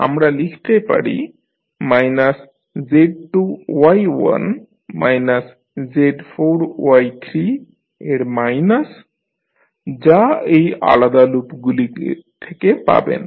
আমরা লিখতে পারি minus Z2 Y1 minus Z4 Y3 এর মাইনাস যা এই আলাদা লুপগুলি থেকে পাবেন